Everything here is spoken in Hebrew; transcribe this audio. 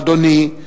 אדוני,